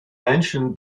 mentioned